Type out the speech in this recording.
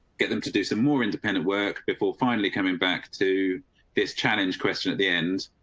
get them to do some more independent work before finally coming back to this challenge question at the end.